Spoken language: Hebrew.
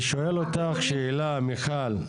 אני שואל אותך שאלה, מיכל.